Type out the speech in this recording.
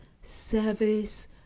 service